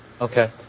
Okay